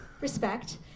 Respect